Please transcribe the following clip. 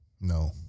No